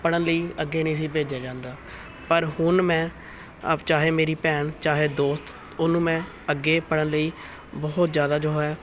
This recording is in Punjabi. ਪੜ੍ਹਨ ਲਈ ਅੱਗੇ ਨਹੀਂ ਸੀ ਭੇਜਿਆ ਜਾਂਦਾ ਪਰ ਹੁਣ ਮੈਂ ਆਪ ਚਾਹੇ ਮੇਰੀ ਭੈਣ ਚਾਹੇ ਦੋਸਤ ਉਹਨੂੰ ਮੈਂ ਅੱਗੇ ਪੜ੍ਹਨ ਲਈ ਬਹੁਤ ਜ਼ਿਆਦਾ ਜੋ ਹੈ